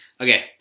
Okay